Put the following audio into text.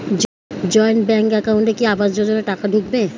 Joint bank একাউন্টে কি আবাস যোজনা টাকা ঢুকবে?